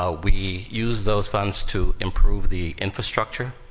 ah we use those funds to improve the infrastructure.